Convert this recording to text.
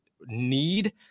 need